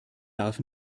darf